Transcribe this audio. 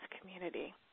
community